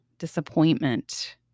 disappointment